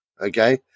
okay